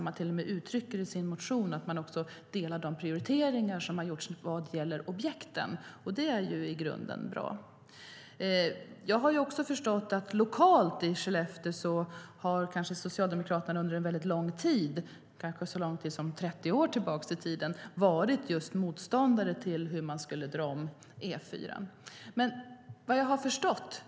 Man uttrycker till och med i sin motion att man stöder de prioriteringar som har gjorts vad gäller objekten, och det är i grunden bra. Jag har också förstått att lokalt i Skellefteå har Socialdemokraterna under lång tid, kanske så lång tid som 30 år, varit motståndare till en omdragning av E4:an.